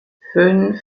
fünf